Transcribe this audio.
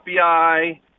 FBI